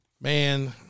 Man